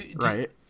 Right